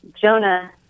Jonah